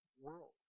world